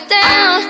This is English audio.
down